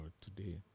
today